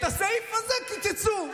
את הסעיף הזה קיצצו.